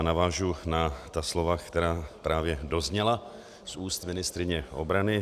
Navážu na slova, která právě dozněla z úst ministryně obrany.